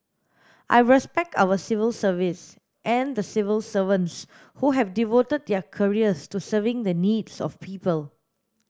I respect our civil service and the civil servants who have devoted their careers to serving the needs of people